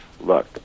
look